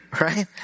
right